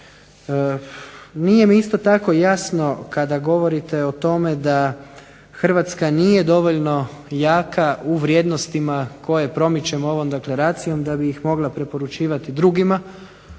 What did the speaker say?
Nije mi isto tako jasno kada govorite o tome da Hrvatska nije dovoljno jaka u vrijednostima koje promičemo ovom deklaracijom da bi ih mogla preporučivati drugima,